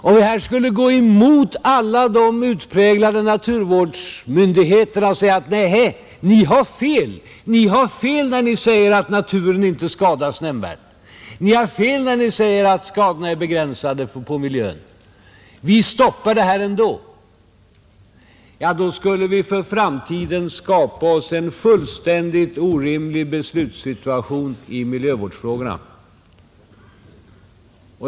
Om vi skulle gå emot alla naturvårdsmyndigheter och säga: Ni har fel när ni säger att naturen inte skadas nämnvärt, ni har fel när ni säger att skadorna på miljön är begränsade, vi stoppar det här ändå — då skulle vi för framtiden skapa oss en fullständigt orimlig beslutssituation i miljövårdsfrågorna.